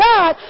God